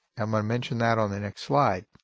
um i mention that on the next slide,